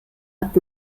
hat